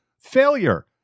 failure